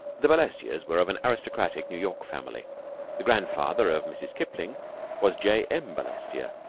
the balestiers were of an aristocratic new york family the grandfather of mrs. kipling was j. m. balestier,